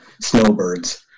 snowbirds